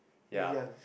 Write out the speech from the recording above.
young